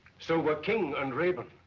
so but king and raeburn.